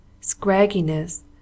scragginess